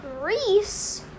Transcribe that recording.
Greece